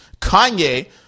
Kanye